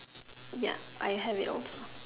ya I have it also